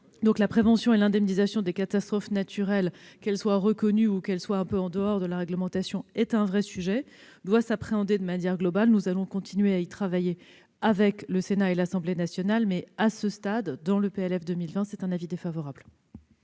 La prévention et l'indemnisation des catastrophes naturelles, qu'elles soient reconnues ou qu'elles soient un peu en dehors de la réglementation est un vrai sujet, qui doit s'appréhender de manière globale. Nous allons continuer à y travailler avec le Sénat et l'Assemblée nationale. À ce stade, le Gouvernement émet un avis défavorable